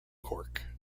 cork